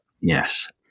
Yes